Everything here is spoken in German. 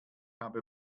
habe